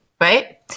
right